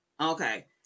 Okay